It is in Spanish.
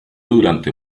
durante